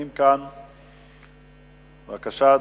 בבקשה,